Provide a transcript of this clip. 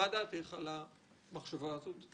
מי דעתך על המחשבה הזאת?